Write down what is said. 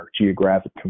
geographic